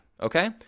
okay